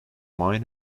mine